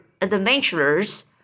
adventurers